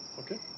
Okay